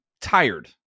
tired